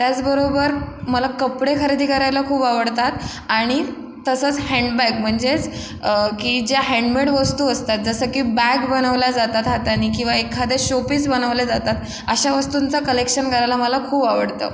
त्याचबरोबर मला कपडे खरेदी करायला खूप आवडतात आणि तसंच हँड बॅग म्हणजेच की ज्या हँडमेड वस्तू असतात जसं की बॅग बनवल्या जातात हातानी किंवा एखादं शो पीस बनवले जातात अशा वस्तूंचा कलेक्शन करायला मला खूप आवडतं